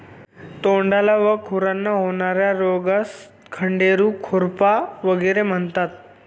तोंडाला व खुरांना होणार्या रोगास खंडेरू, खुरपा वगैरे म्हणतात